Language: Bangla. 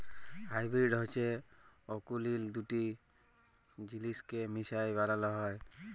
হাইবিরিড হছে অকুলীল দুট জিলিসকে মিশায় বালাল হ্যয়